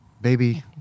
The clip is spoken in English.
Baby